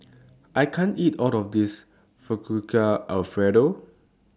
I can't eat All of This Fettuccine Alfredo